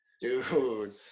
dude